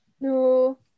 No